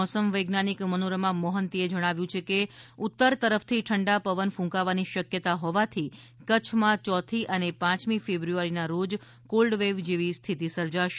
મોસમ વૈજ્ઞાનિક મનોરમા મોહંતીએ જણાવ્યુ છે કે ઉત્તર તરફથી ઠંડા પવન કૂંકાવાની શક્યતા હોવાથી કચ્છમાં યોથી અને પાંચમી ફેબ્રુયારીના રોજ કોલ્ડ વેવ જેવી સ્થિતિ સર્જાશે